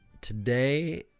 today